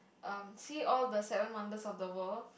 um see all the seven wonders of the world